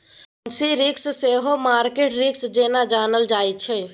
currency risk सेहो market risk जेना जानल जाइ छै